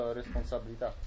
responsabilità